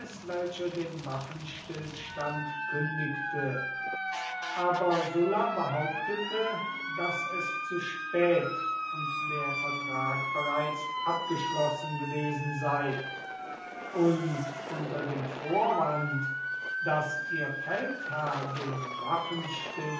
welcher den waffenstillstand kündigte aber sulla behauptete daß es zu spät und der vertrag bereits abgeschlossen gewesen sei und unter dem vorwand daß ihr feldherr den